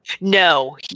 No